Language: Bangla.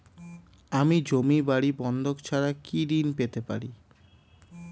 আমি জমি বাড়ি বন্ধক ছাড়া কি ঋণ পেতে পারি?